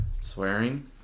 swearing